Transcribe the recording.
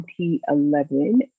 2011